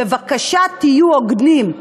בבקשה תהיו הוגנים.